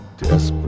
desperate